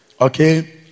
Okay